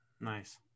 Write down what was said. Nice